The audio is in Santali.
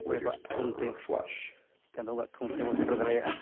ᱚᱠᱚᱭ ᱠᱚᱣᱟᱜ ᱛᱷᱩᱢ ᱛᱮ ᱪᱟᱸᱫᱳ ᱵᱚᱸᱜᱟᱣᱟᱜ ᱛᱷᱩᱢ ᱛᱮᱵᱚᱱ ᱥᱮᱴᱮᱨ ᱫᱟᱲᱮᱭᱟᱜᱼᱟ